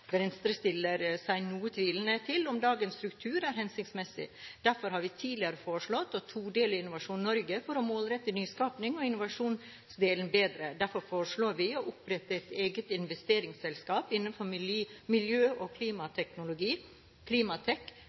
Venstre stiller seg noe tvilende til om dagens struktur er hensiktsmessig. Derfor har vi tidligere foreslått å todele Innovasjon Norge for å målrette nyskapings- og innovasjonsdelen bedre. Derfor foreslår vi å opprette et eget investeringsselskap innenfor miljø- og klimateknologi,